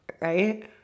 right